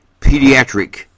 pediatric